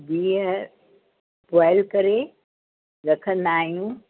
बिहु बॉइल करे रखंदा आहियूं